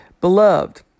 Beloved